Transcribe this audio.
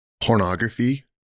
pornography